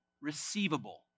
receivable